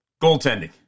Goaltending